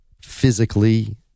physically